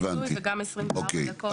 הבנתי, אוקיי.